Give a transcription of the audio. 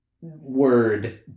word